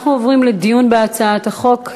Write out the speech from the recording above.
אנחנו עוברים לדיון בהצעת החוק.